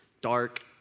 dark